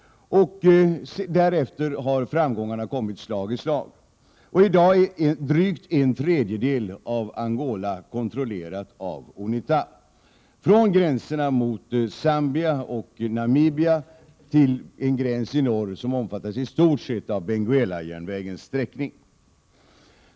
Därefter har framgångarna kommit slag i slag, och i dag är drygt en tredjedel av Angola kontrollerat av UNITA, från gränserna mot Zambia och Namibia till en gräns i norr som omfattas i stort sett av Benguela-järnvägens sträckning.